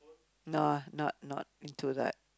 no not not into that